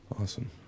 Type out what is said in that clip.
Awesome